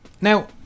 Now